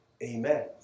Amen